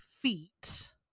feet